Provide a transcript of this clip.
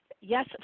Yes